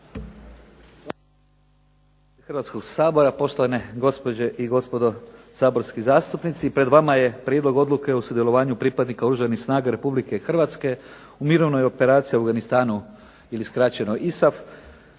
Hrvatskog sabora, poštovane gospođe i gospodo saborski zastupnici. Pred vama je prijedlog Odluke o sudjelovanju pripadnika Oružanih snaga RH u mirovnoj operaciji u Afganistanu ili skraćeno ISAF